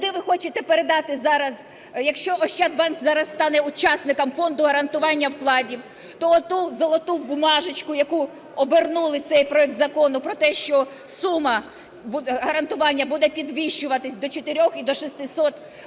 Куди ви хочете передати зараз? Якщо Ощадбанк зараз стане учасником Фонду гарантування вкладів, то оту "золоту бумажечку", в яку "обернули" цей проект закону, про те, що сума гарантування буде підвищуватись до 4 і до 600, ви